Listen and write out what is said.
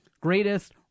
Greatest